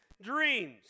dreams